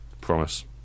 promise